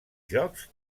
jocs